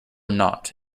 not